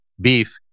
beef